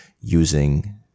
using